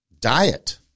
diet